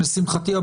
לשמחתי,